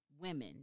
women